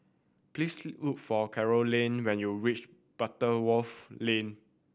please look for Carolann when you reach Butterworth Lane